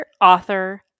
author